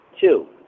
Two